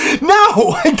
no